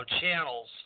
channels